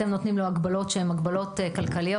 אתם נותנים לו הגבלות שהן הגבלות כלכליות.